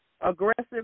aggressive